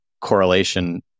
correlation